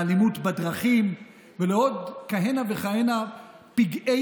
לאלימות בדרכים ולעוד כהנה וכהנה פגעי